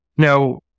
Now